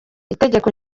itegeko